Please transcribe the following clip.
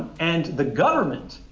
and the government,